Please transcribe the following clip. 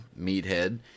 Meathead